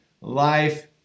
life